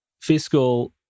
fiscal